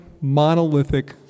monolithic